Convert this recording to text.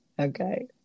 Okay